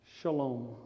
shalom